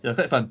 ya quite fun